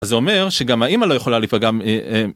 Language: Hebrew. זה אומר שגם האימא לא יכולה להפגע מ...